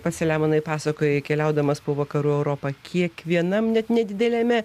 pats selemonai pasakojo keliaudamas po vakarų europą kiekvienam net nedideliame